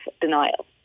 denial